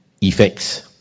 effects